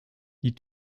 die